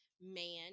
man